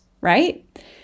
right